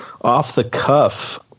off-the-cuff